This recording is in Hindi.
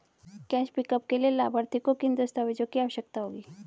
कैश पिकअप के लिए लाभार्थी को किन दस्तावेजों की आवश्यकता होगी?